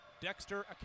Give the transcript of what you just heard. Dexter